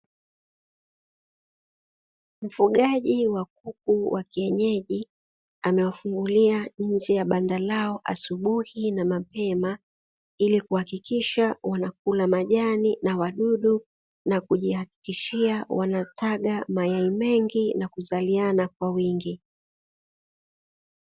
Mfugaji wa kuku wa kienyeji amewafungulia nje ya banda lao asubuhi na mapema, ili kuhakikisha wanakula majani na wadudu na kujihakikishia wanataga mayai mengi na kuzaliana kwa wingi.